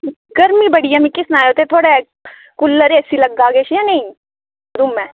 गरमी बड़ी ऐ ते मिगी सनायो की थुआढ़े कूलर एसी लग्गे दा जां नेईं रूमें